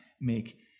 make